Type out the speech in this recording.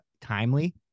timely